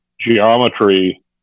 geometry